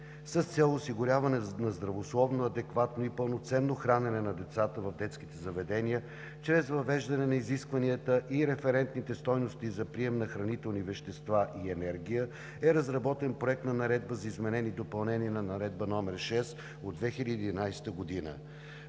С цел осигуряване на здравословно, адекватно и пълноценно хранене на децата в детските заведения чрез въвеждане на изискванията и референтните стойности за прием на хранителни вещества и енергия е разработен Проект на наредба за изменение и допълнение на Наредба № 6 от 2011 г.